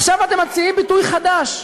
עכשיו אתם מציעים ביטוי חדש: